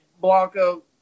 Blanco